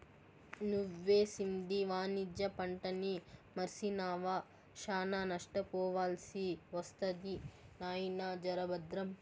నువ్వేసింది వాణిజ్య పంటని మర్సినావా, శానా నష్టపోవాల్సి ఒస్తది నాయినా, జర బద్రం